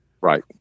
Right